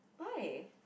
why